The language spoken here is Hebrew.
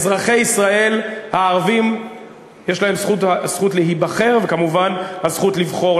אזרחי ישראל הערבים יש להם הזכות להיבחר וכמובן הזכות לבחור.